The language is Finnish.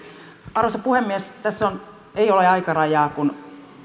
arvoisa puhemies tässä ei ole aikarajaa kun